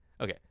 Okay